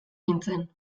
nintzen